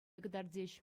кӑтартӗҫ